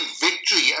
victory